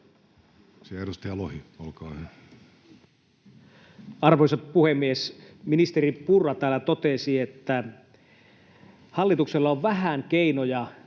Arvoisa puhemies! Ministeri Purra täällä totesi, että hallituksella on vähän keinoja